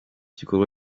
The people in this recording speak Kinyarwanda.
gikorwa